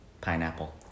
pineapple